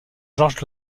georges